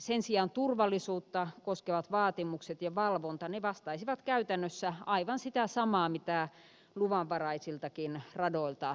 sen sijaan turvallisuutta koskevat vaatimukset ja valvonta vastaisivat käytännössä aivan sitä samaa mitä luvanvaraisiltakin radoilta edellytettäisiin